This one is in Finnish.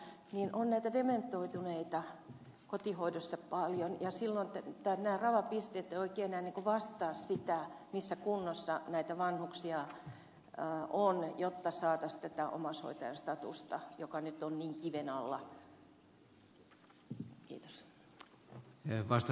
on siis näitä dementoituneita kotihoidossa paljon ja silloin nämä rava pisteet eivät oikein enää vastaa sitä missä kunnossa näitä vanhuksia on jotta saataisiin tätä omaishoitajan statusta joka nyt on niin kiven alla